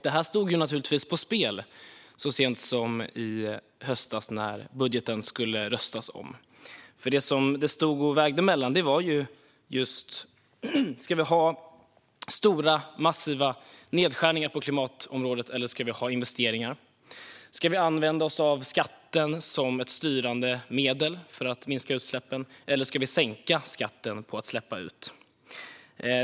Detta stod på spel så sent som i höstas, när riksdagen skulle rösta om budgeten. Det stod och vägde: Ska vi ha massiva nedskärningar på klimatområdet, eller ska vi ha investeringar? Ska vi använda oss av skatten som ett styrande medel för att minska utsläppen, eller ska vi sänka skatten på att släppa ut?